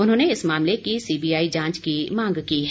उन्होंने इस मामले की सीबीआई जांच की मांग की है